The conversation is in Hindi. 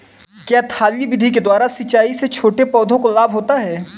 क्या थाला विधि के द्वारा सिंचाई से छोटे पौधों को लाभ होता है?